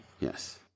Yes